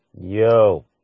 Yo